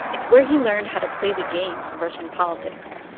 it's where he learned how to play the game of russian politics,